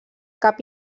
cap